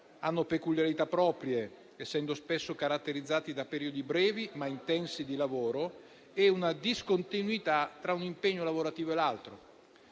hanno peculiarità proprie, essendo spesso caratterizzati da periodi brevi ma intensi di lavoro e una discontinuità tra un impegno lavorativo e l'altro.